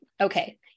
okay